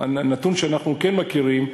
נתון שאנחנו כן מכירים,